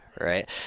right